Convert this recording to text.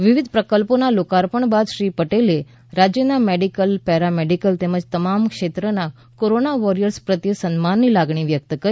વિવિધ પ્રકલ્પોના લોકાર્પણ બાદ શ્રી પટેલે રાજ્યના મેડીકલ પેરામેડીકલ તેમજ તમામ ક્ષેત્રના કોરોના વોરિયર્સ પ્રત્યે સન્માનની લાગણી વ્યક્ત કરી